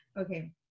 Okay